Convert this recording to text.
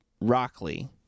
Rockley